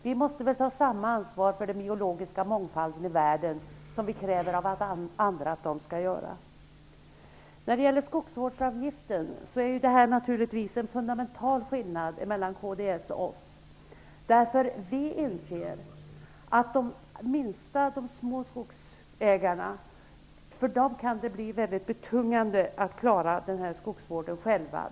Vi måste väl ta samma ansvar för den biologiska mångfalden i världen som vi kräver att andra skall göra? Det finns en fundamental skillnad mellan kds och oss socialdemokrater när det gäller skogsvårdsavgiften. Vi inser nämligen att det kan bli mycket betungande för de små och minsta skogsägarna att klara skogsvården själva.